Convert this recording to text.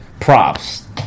Props